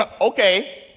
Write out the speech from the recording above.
Okay